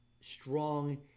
strong